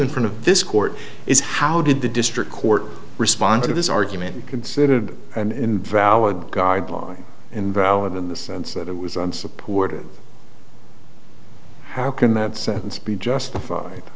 in front of this court is how did the district court respond to this argument considered an invalid guideline invalid in the sense that it was unsupported how can that sentence be justified